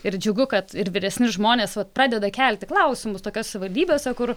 ir džiugu kad ir vyresni žmonės vat pradeda kelti klausimus tokiose savivaldybėse kur